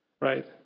right